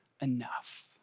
enough